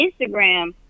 Instagram